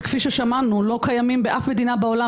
וכפי ששמענו לא קיימים בשום מדינה בעולם